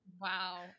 wow